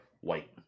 white